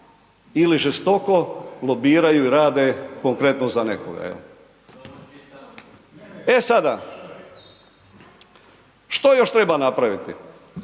ili žestoko lobiraju i rade konkretno za nekoga. E sada, što još treba napraviti?